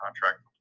contract